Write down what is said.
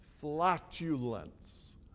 flatulence